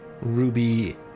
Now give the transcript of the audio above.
ruby